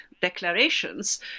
declarations